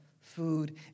food